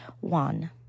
One